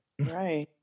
Right